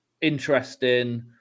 interesting